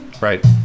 Right